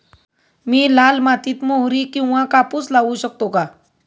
मी लाल मातीत मोहरी किंवा कापूस लावू शकतो का?